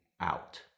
out